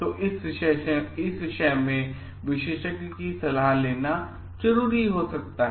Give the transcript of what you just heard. तो इस विषय में विशषज्ञ के सलाह लेना जरूरी हो सकता है